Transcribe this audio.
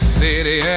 city